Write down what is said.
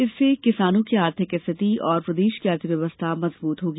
इससे किसानों की आर्थिक स्थिति और प्रदेश की अर्थ व्यवस्था मजबूत होगी